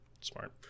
smart